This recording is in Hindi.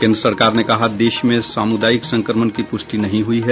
केंद्र सरकार ने कहा देश में सामूदायिक संक्रमण की प्रष्टि नहीं हयी है